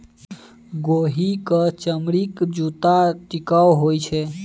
गोहि क चमड़ीक जूत्ता टिकाउ होए छै